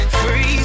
free